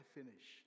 finish